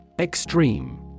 Extreme